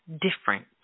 different